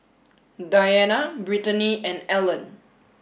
Dianna Britany and Allan